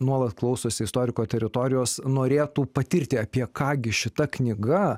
nuolat klausosi istoriko teritorijos norėtų patirti apie ką gi šita knyga